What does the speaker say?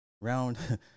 Round